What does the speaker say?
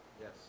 Yes